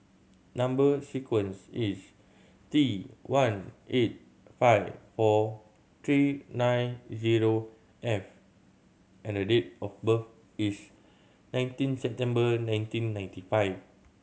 number sequence is T one eight five four three nine zero F and date of birth is nineteen September nineteen ninety five